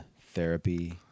therapy